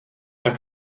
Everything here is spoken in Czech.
tak